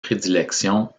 prédilection